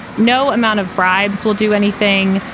no amount of bribes will do anything.